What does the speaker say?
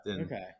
Okay